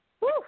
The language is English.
Woo